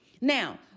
Now